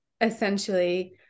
essentially